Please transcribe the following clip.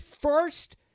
first